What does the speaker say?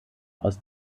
aus